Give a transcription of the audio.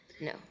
no